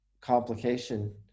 complication